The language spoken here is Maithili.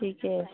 ठीके हइ